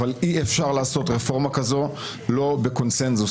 אבל אי-אפשר לעשות רפורמה כזאת שלא בקונצנזוס,